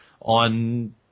on